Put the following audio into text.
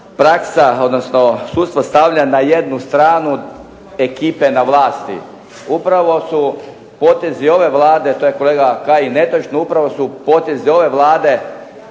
praksa odnosno sudstvo stavlja na jednu stranku ekipe na vlasti. Upravo su potezi ove Vlade, to je kolega Kajin netočno, upravo su potezi ove Vlade